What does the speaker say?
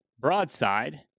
broadside